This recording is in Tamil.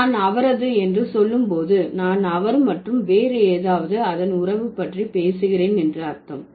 நான் அவரது என்று சொல்லும் போது நான் அவர் மற்றும் வேறு ஏதாவது அதன் உறவு பற்றி பேசுகிறேன் என்று அர்த்தம்